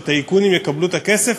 שטייקונים יקבלו את הכסף,